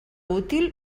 útil